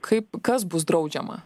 kaip kas bus draudžiama